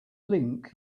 link